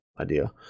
idea